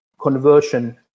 conversion